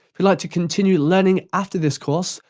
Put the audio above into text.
if you'd like to continue learning after this course,